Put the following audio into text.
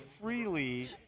freely